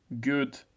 good